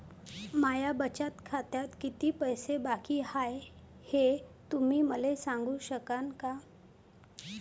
माया बचत खात्यात कितीक पैसे बाकी हाय, हे तुम्ही मले सांगू सकानं का?